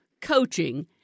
coaching